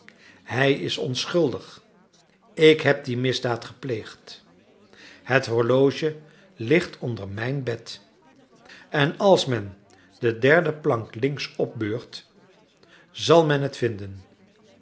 hij is onschuldig ik heb die misdaad gepleegd het horloge ligt onder mijn bed en als men de derde plank links opbeurt zal men het vinden